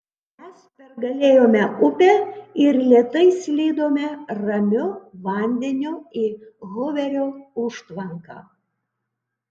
mes pergalėjome upę ir lėtai slydome ramiu vandeniu į huverio užtvanką